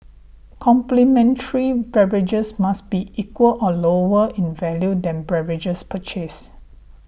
complimentary beverages must be equal or lower in value than beverages purchased